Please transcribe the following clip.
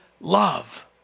love